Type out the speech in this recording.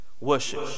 Worship